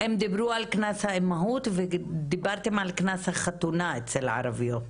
הם דיברו על קנס האימהות ודיברתם על קנס החתונה אצל הערביות.